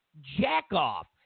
jack-off